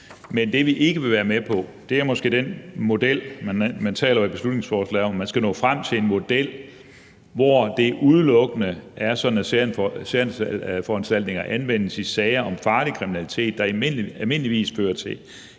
Men det, vi ikke vil være med på, er måske den model, som man taler om i beslutningsforslaget. Man taler om, at man skal nå frem til en model, hvor det udelukkende er sådan, at særforanstaltninger anvendes i sager om farlig kriminalitet, der almindeligvis fører til